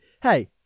hey